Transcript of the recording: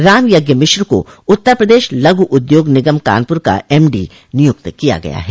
रामयज्ञ मिश्र को उत्तर प्रदेश लघु उद्योग निगम कानपुर का एमडी नियुक्त किया गया है